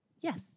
Yes